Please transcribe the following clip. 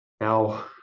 Now